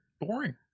boring